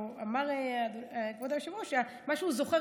אמר כבוד היושב-ראש שמה שהוא זוכר